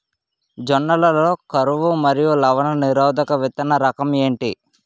జొన్న లలో కరువు మరియు లవణ నిరోధక విత్తన రకం ఏంటి?